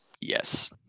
Yes